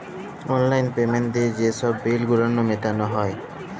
অললাইল পেমেল্ট দিঁয়ে যে ছব বিল গুলান মিটাল হ্যয়